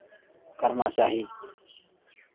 करना चाही